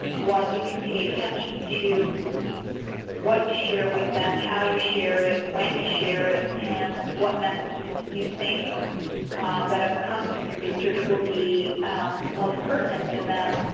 while you can pay attention to what you share with them, how you share it, when you share it, and what messages you think that have come from your research will be most pertinent to them,